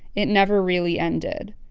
it never really ended.